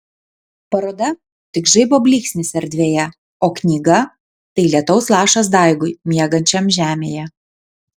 paroda tik žaibo blyksnis erdvėje o knyga tai lietaus lašas daigui miegančiam žemėje